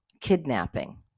kidnapping